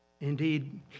Indeed